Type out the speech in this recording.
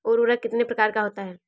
उर्वरक कितने प्रकार का होता है?